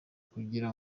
kugira